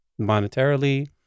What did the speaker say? monetarily